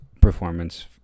performance